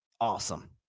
awesome